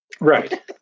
right